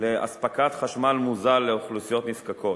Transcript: לאספקת חשמל מוזל לאוכלוסיות נזקקות.